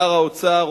שר האוצר,